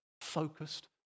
focused